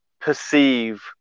perceive